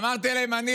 אמרתי להם שאני,